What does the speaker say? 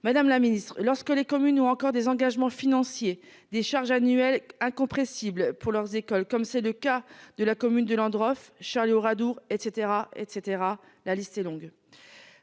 Madame la Ministre lorsque les communes ou encore des engagements financiers des charges annuelles incompressible pour leurs écoles, comme c'est le cas de la commune de Land Charlie Oradour et etc et etc, la liste est longue.